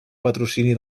patrocini